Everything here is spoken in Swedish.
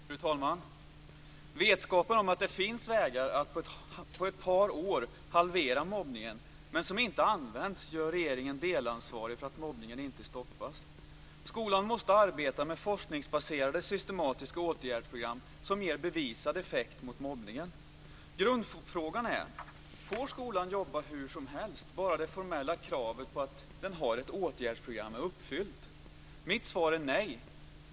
Fru talman! Vetskapen om att det finns vägar att på ett par år halvera mobbningen som inte används gör regeringen delansvarig för att mobbningen inte stoppas. Skolan måste arbeta med forskningsbaserade systematiska åtgärdsprogram som ger bevisad effekt mot mobbningen. Grundfrågan är: Får skolan jobba hursomhelst bara det formella kravet att den har ett åtgärdsprogram är uppfyllt? Mitt svar är nej.